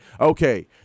okay